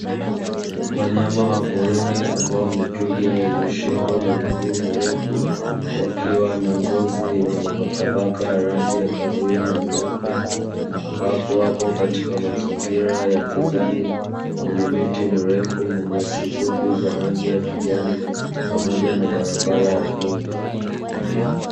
Wanyama wa porini ambao ni twiga wenye shingo na miguu mirefu, wakiwa na ngozi yenye mabakabaka ya rangi ya kahawia na nyeupe. Ambapo wapo katika mazingira ya mbugani kwenye miti mirefu na nyasi fupi za rangi ya kijani pamoja na barabara ya vumbi.